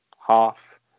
half